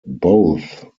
both